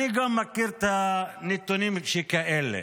גם אני מכיר את הנתונים שכאלה.